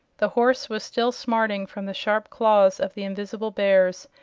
the horse was still smarting from the sharp claws of the invisible bears,